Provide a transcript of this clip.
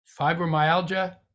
fibromyalgia